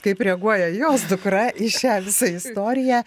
kaip reaguoja jos dukra į šią visą istoriją